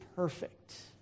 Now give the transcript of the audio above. perfect